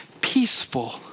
peaceful